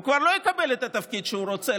הוא כבר לא יקבל את התפקיד שהוא רוצה,